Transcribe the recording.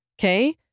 Okay